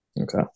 Okay